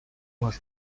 was